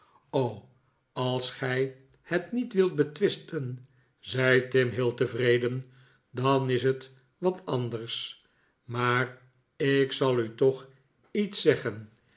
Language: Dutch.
als gij het niet wilt betwisten zei tim heel tevreden dan is het wat anders maar ik zal u toch iets zeggen